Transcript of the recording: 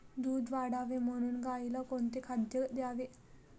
दूध वाढावे म्हणून गाईला कोणते खाद्य द्यावे?